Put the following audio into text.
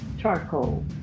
charcoal